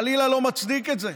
חלילה, זה לא מצדיק את זה,